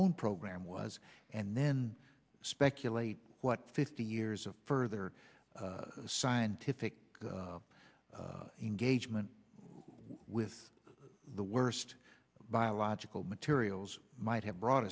own program was and then speculate what fifty years of further scientific engagement with the worst biological materials might have brought